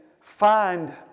find